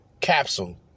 Capsule